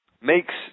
makes